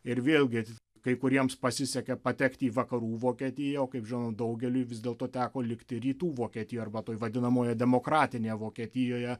ir vėlgi kai kuriems pasisekė patekti į vakarų vokietiją o kaip žinom daugeliui vis dėlto teko likti rytų vokietijoj arba toj vadinamoje demokratinėje vokietijoje